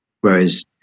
Whereas